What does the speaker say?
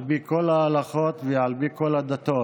על פי כל ההלכות ועל פי כל הדתות,